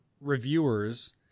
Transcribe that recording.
reviewers